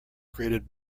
created